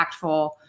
impactful